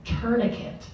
tourniquet